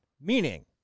Meaning